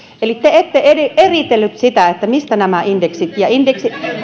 eli te ette eritellyt sitä mistä nämä indeksit